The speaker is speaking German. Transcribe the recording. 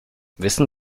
wissen